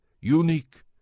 unique